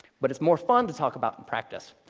but it's more fun to talk about in practice.